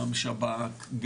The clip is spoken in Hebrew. גם שב"כ,